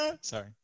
Sorry